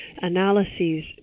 analyses